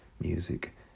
music